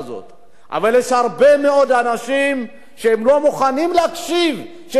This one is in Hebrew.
אבל יש הרבה מאוד אנשים שלא מוכנים להקשיב שיש בעיה,